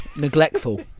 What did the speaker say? Neglectful